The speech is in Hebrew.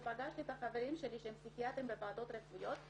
שפגשתי את החברים שלי שהם פסיכיאטרים בוועדות רפואיות,